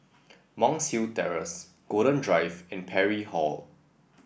Monk's Hill Terrace Golden Drive and Parry Hall